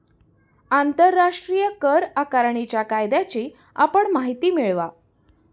आंतरराष्ट्रीय कर आकारणीच्या कायद्याची आपण माहिती मिळवा